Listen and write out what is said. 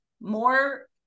more